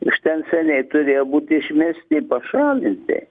iš ten seniai turėjo būti išmesti pašalinti